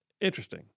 Interesting